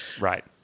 right